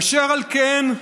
אשר על כן,